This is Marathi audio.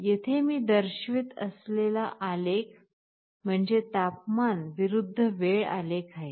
येथे मी दर्शवित असलेला आलेख म्हणजे तापमान विरुद्ध वेळ आलेख आहे